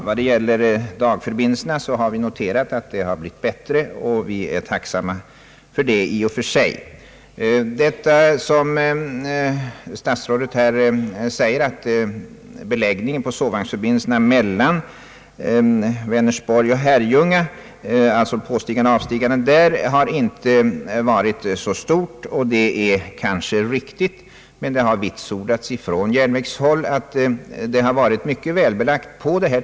Herr talman! Jag har noterat att dagförbindelserna blivit bättre och är tacksam för det. När herr statsrådet säger att antalet avoch påstigande sovvagnsresenärer mellan Vänersborg och Herrljunga inte har varit så stort, så är det kanske riktigt. Det har emellertid vitsordats från järnvägshåll, att tåget i fråga har varit mycket välbelagt.